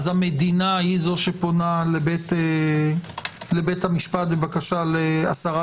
המדינה היא זו שפונה להסרת לבית המשפט בבקשה להסרת